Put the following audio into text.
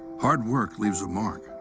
hard work leaves a mark.